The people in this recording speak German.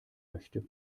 möchte